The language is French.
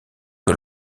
que